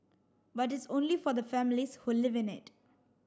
but it's only for the families who live in it